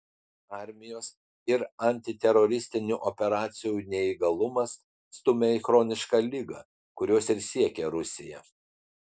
armijos ir antiteroristinių operacijų neįgalumas stumia į chronišką ligą kurios ir siekia rusija